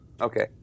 Okay